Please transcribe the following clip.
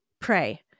pray